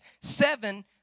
Seven